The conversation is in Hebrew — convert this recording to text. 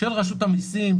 של רשות המסים,